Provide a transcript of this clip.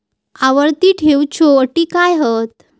आवर्ती ठेव च्यो अटी काय हत?